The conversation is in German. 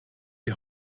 die